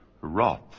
wrath